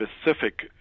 specific